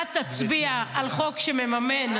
אתה תצביע על חוק שמממן,